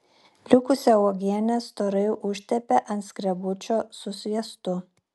likusią uogienę storai užtepė ant skrebučio su sviestu